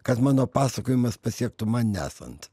kad mano pasakojimas pasiektų man nesant